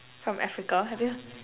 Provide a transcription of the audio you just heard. from Africa have you